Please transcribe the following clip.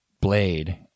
blade